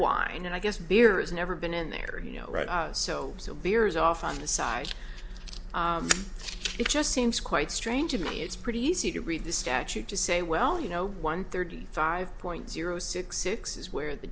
wine and i guess beer is never been in there you know right so so beers off on the side it just seems quite strange to me it's pretty easy to read the statute to say well you know one thirty five point zero six six is where the